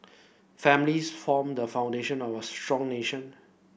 families form the foundation of a strong nation